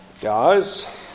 Guys